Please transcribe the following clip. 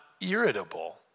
irritable